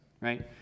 right